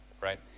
right